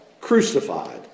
crucified